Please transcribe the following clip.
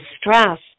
stress